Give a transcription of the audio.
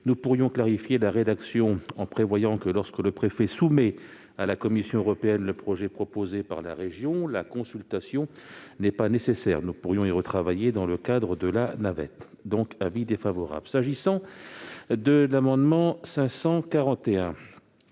nous pourrions clarifier la rédaction, en prévoyant que, lorsque le préfet soumet à la Commission européenne le projet proposé par la région, la consultation n'est pas nécessaire- nous pourrions y retravailler dans le cadre de la navette. L'amendement n° 541